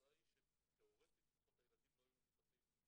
התוצאה היא שתיאורטית לפחות הילדים לא יהיו מבוטחים,